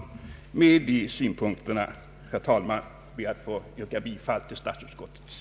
Med dessa synpunkter, herr talman, ber jag att få yrka bifall till utskottets hemställan.